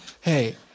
Hey